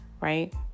right